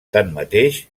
tanmateix